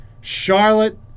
Charlotte